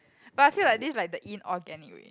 but I feel like this like the inorganic way